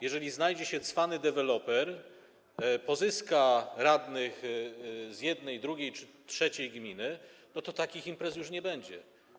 jeżeli znajdzie się cwany deweloper i pozyska radnych z jednej, drugiej czy trzeciej gminy, to takich imprez już nie będzie.